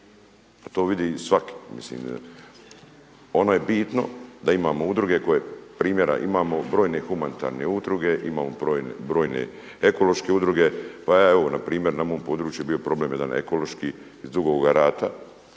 To vidi svatko. Mislim ono je bitno da imamo udruge koje primjera imamo brojne humanitarne udruge, imamo brojne ekološke udruge. Pa evo npr. na mojem području je bio problem jedan ekološki iz Dugoga Rata